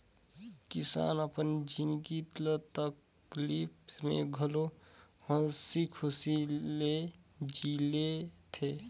किसान अपन जिनगी ल तकलीप में घलो हंसी खुशी ले जि ले थें